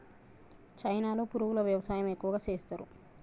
చైనాలో పురుగుల వ్యవసాయం ఎక్కువగా చేస్తరు